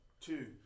two